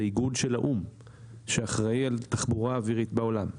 איגוד של האו"ם שאחראי על תחבורה אווירית בעולם.